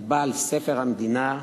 על בעל ספר המדינה,